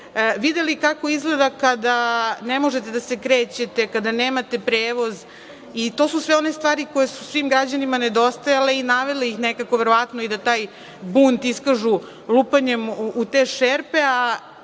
videli kako izgleda kada ne možete da se krećete, kada nemate prevoz. To su sve one stvari koje su svim građanima nedostajale i navele ih nekako verovatno da taj bunt iskažu lupanjem u te